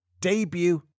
debut